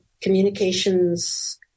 communications